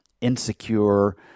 insecure